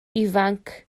ifanc